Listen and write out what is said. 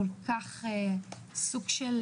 כל כך סוג של